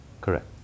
correct